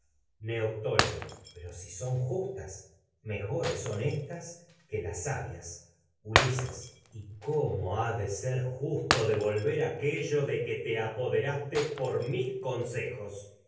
cosas sabias neoptólemo pero si son justas mejores son éstas que las sabias ulises y cómo de ha de ser justo devolver aquello que te apoderaste por mis consejos